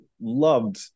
loved